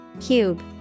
Cube